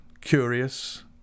curious